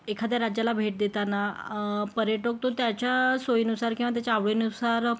एखाद्या राज्याला भेट देताना पर्यटक तो त्याच्या सोयीनुसार किंवा त्याच्या आवडीनुसार